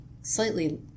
slightly